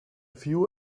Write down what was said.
few